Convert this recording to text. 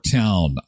town